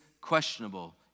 questionable